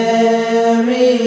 Mary